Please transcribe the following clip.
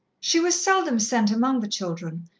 she was seldom sent among the children,